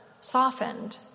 softened